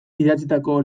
idatzitako